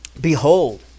Behold